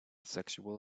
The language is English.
sexual